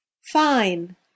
Fine